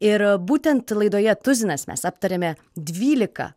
ir būtent laidoje tuzinas mes aptariame dvylika